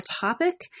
topic